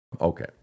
Okay